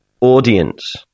audience